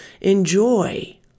enjoy